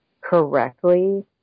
correctly